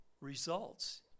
results